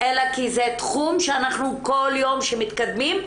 אלא כי זה תחום שאנחנו כל יום שמתקדמים,